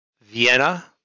vienna